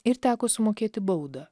ir teko sumokėti baudą